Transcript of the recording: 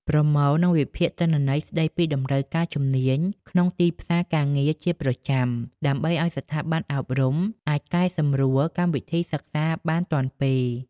ប្រមូល និងវិភាគទិន្នន័យស្តីពីតម្រូវការជំនាញក្នុងទីផ្សារការងារជាប្រចាំ ដើម្បីឱ្យស្ថាប័នអប់រំអាចកែសម្រួលកម្មវិធីសិក្សាបានទាន់ពេល។